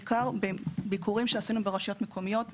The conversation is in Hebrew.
בעיקר בביקורים שעשינו ברשויות מקומיות,